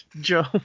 Joe